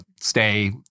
stay